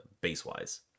base-wise